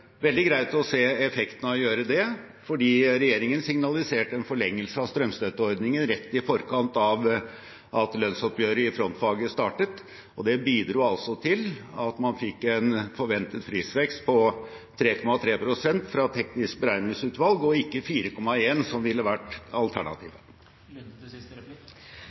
veldig greit å se effekten av å gjøre det, fordi regjeringen signaliserte en forlengelse av strømstøtteordningen rett i forkant av at lønnsoppgjøret i frontfaget startet. Det bidro til at man fikk en forventet prisvekst på 3,3 pst. fra Teknisk beregningsutvalg, og ikke 4,1 pst. som ville vært alternativet.